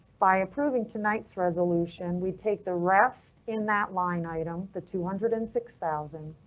by approving tonight's resolution, we take the rest in that line item. the two hundred and six thousand,